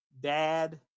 dad